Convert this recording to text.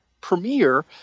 premiere